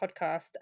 podcast